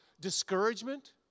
discouragement